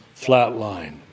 flatline